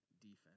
defense